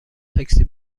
تاکسی